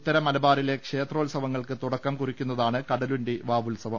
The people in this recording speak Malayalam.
ഉത്തര മല ബാറിലെ ക്ഷേത്രോത്സവങ്ങൾക്ക് തുടക്കം കുറിക്കുന്നതാണ് കട ലുണ്ടി വാവുത്സവം